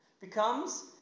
becomes